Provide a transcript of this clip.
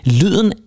lyden